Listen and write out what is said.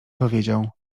powiedział